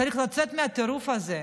צריך לצאת מהטירוף הזה.